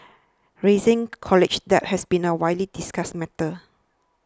rising college debt has been a widely discussed matter